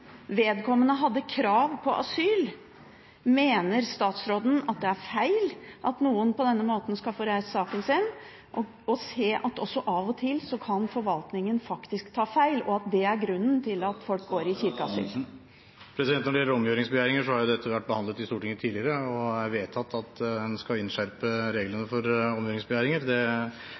Vedkommende hadde krav på asyl. Mener statsråden at det er feil at noen på denne måten skal få reist saken sin, og se at også forvaltningen av og til faktisk kan ta feil, og at det er grunnen til at folk går i kirkeasyl? Når det gjelder omgjøringsbegjæringer, så har jo dette vært behandlet i Stortinget tidligere, og det er blitt vedtatt å innskjerpe reglene for omgjøringsbegjæringer. Det